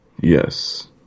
yes